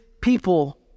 people